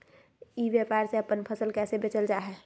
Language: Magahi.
ई व्यापार से अपन फसल कैसे बेचल जा हाय?